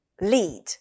lead